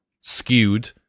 skewed